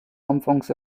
anfangs